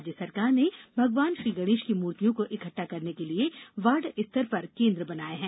राज्य सरकार ने भगवान गणेश की मूर्तियों को इक्टठा करने के लिए वार्ड स्तर पर केन्द्र बनाये हैं